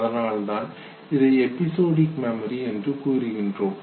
அதனால்தான் இதை episodic memory என்று கூறுகிறோம்